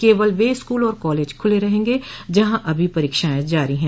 केवल वे स्कूल और कॉलेज खुले रहेंगे जहां अभी परीक्षाएं जारी हैं